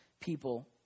people